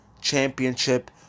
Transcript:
Championship